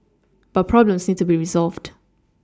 but problems need to be resolved